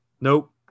Nope